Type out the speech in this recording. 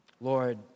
Lord